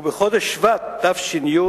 ובחודש שבט תש"י,